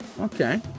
Okay